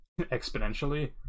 exponentially